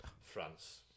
France